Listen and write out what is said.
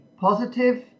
positive